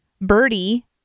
Birdie